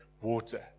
water